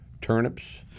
turnips